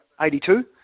82